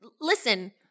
listen